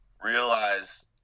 realize